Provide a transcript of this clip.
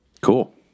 Cool